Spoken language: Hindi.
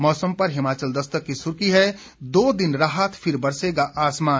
मौसम पर हिमाचल दस्तक की सुर्खी है दो दिन राहत फिर बरसेगा आसमान